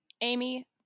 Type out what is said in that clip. Amy